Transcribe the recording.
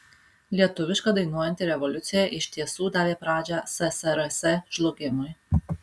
lietuviška dainuojanti revoliucija iš tiesų davė pradžią ssrs žlugimui